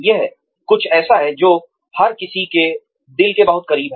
यह कुछ ऐसा है जो हर किसी के दिल के बहुत करीब है